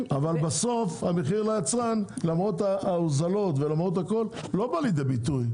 אבל בסוף המחיר ליצרן למרות ההוזלות לא בא לידי ביטוי,